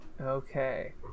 Okay